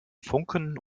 funken